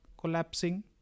collapsing